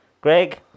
Greg